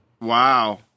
Wow